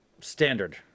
standard